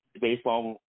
Baseball